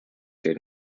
did